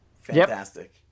fantastic